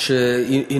בערבות מדינה,